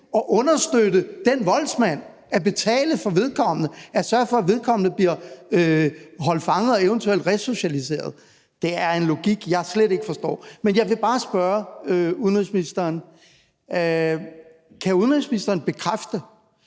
at understøtte den voldsmand, at betale for vedkommende, at sørge for, at vedkommende bliver holdt fanget og eventuelt resocialiseret. Det er en logik, jeg slet ikke forstår. Men jeg vil bare spørge udenrigsministeren: Kan udenrigsministeren bekræfte,